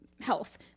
health